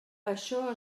això